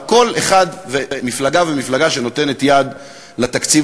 על כל מפלגה ומפלגה שנותנת יד לתקציב